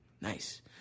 Nice